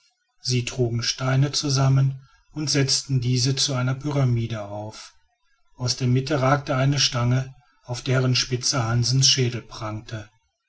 sie trugen steine zusammen und setzten diese zu einer pyramide auf aus der mitte ragte eine stange auf deren spitze hansens schädel prangte